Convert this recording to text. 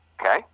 okay